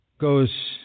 goes